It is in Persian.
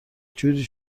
جوری